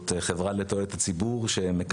ות"ת ומל"ג כבר שמו להם כמטרה כבר